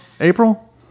April